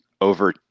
over